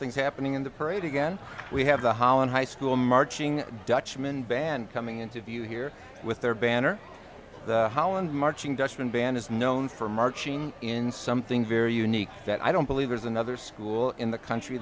something's happening in the parade again we have the holland high school marching dutchman band coming into view here with their banner holland marching dutchman band is known for marching in something very unique that i don't believe there's another school in the country